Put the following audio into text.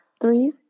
Three